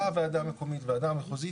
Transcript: באה ועדה מקומית, ועדה מחוזית.